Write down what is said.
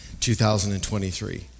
2023